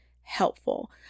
helpful